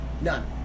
None